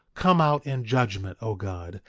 come out in judgment, o god,